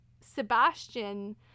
Sebastian